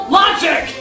logic